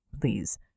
please